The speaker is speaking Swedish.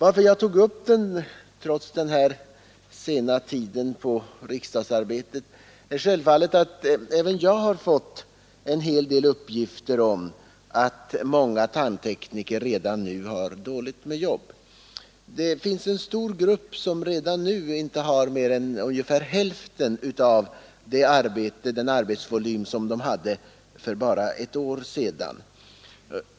Att jag tog upp frågan i detta sena skede av riksdagssessionen beror på att jag fått en hel del uppgifter om att många tandtekniker redan nu har dåligt med jobb. Det finns en stor grupp som i dag inte har mer än ungefär hälften av den arbetsvolym som de hade för bara ett år sedan.